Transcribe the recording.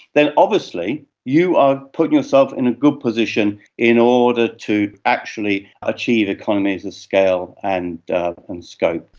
then obviously you are putting yourself in a good position in order to actually achieve economies of scale and and scope.